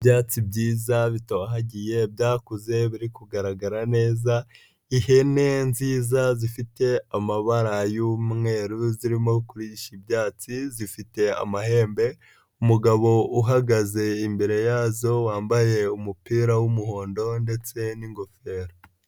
Ibyatsi byiza bitohagiye byakuze biri kugaragara neza. Ihene nziza zifite amabara y'umweru zirimo kurisha ibyatsi zifite amahembe, umugabo uhagaze imbere yazo wambaye umupira w'umuhondo ndetse n'ingofero.